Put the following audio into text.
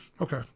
Okay